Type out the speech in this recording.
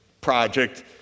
project